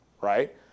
right